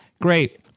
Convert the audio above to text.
Great